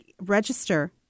register